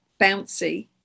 bouncy